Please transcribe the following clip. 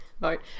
vote